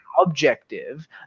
objective